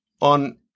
on